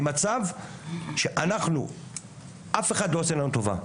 במצב שאף אחד לא עושה לנו טובה.